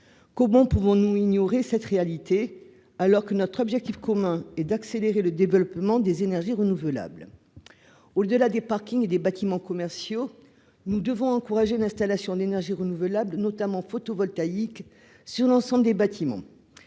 comment pouvons-nous ignorer cette réalité alors que notre objectif commun est d'accélérer le développement des énergies renouvelables au delà des parkings, des bâtiments commerciaux nous devons encourager l'installation d'énergies renouvelables notamment photovoltaïques sur l'ensemble des bâtiments